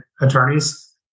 attorneys